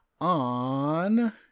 on